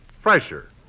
fresher